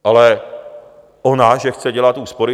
Ale ona že chce dělat úspory?